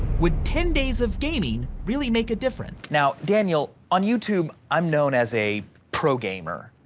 would ten days of gaming really make a difference? now daniel, on youtube, i'm known as a pro gamer,